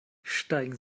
steigen